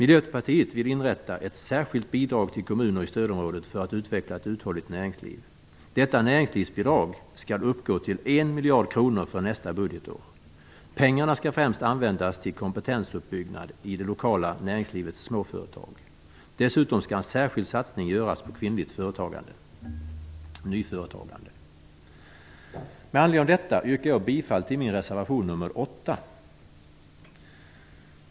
Miljöpartiet vill inrätta ett särskilt bidrag till kommuner i stödområdet för att utveckla ett uthålligt näringsliv. Detta näringslivsbidrag skall uppgå till 1 miljard kronor för nästa budgetår. Pengarna skall främst användas till kompetensuppbyggnad i det lokala näringslivets småföretag. Dessutom skall en särskild satsning göras på kvinnligt nyföretagande. Med anledning av detta yrkar jag bifall till min reservation nr 8.